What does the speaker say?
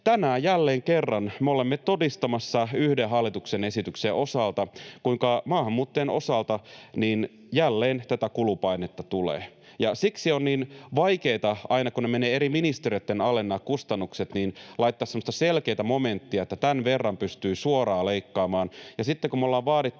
tänään, jälleen kerran, me olemme todistamassa yhden hallituksen esityksen osalta, kuinka maahanmuuttajien osalta jälleen tätä kulupainetta tulee. Ja siksi on niin vaikeata aina, kun nämä kustannukset menevät eri ministeriöitten alle, laittaa semmoista selkeätä momenttia, että tämän verran pystyy suoraan leikkaamaan,